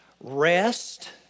rest